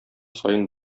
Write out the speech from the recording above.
саен